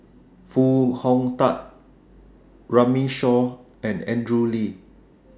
Foo Hong Tatt Runme Shaw and Andrew Lee